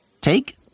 Take